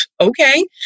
Okay